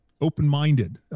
open-minded